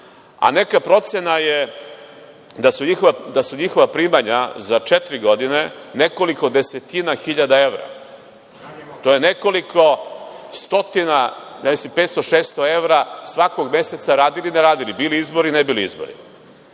A neka procena je da su njihova primanja za četiri godine nekoliko desetina evra. To je nekoliko stotina, mislim 500, 600 evra svakog meseca radili ili ne radili, bili izbori, ne bili izbori.